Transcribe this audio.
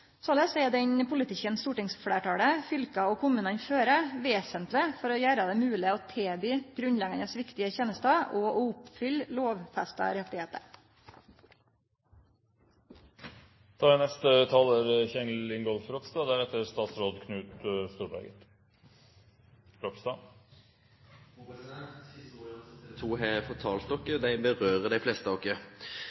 Såleis er den politikken stortingsfleirtalet, fylka og kommunane fører, vesentleg for å gjere det mogleg å tilby grunnleggjande viktige tenester og å oppfylle lovfesta